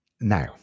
Now